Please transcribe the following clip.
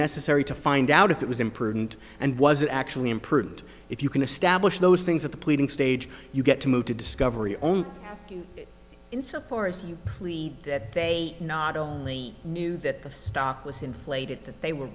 necessary to find out if it was imprudent and was it actually imprudent if you can establish those things at the pleading stage you get to move to discovery only insofar as you plead that they not only knew that the stock was inflated that they were